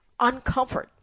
uncomfort